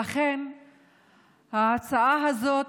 לכן ההצעה הזאת